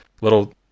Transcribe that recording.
little